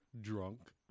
Drunk